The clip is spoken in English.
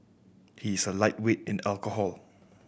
he is a lightweight in alcohol